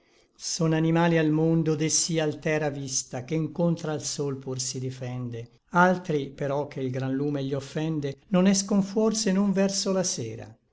son animali al mondo de sí altera vista che ncontra l sol pur si difende altri però che l gran lume gli offende non escon fuor se non verso la sera